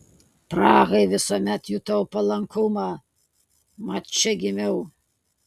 prahai visuomet jutau palankumą mat čia gimiau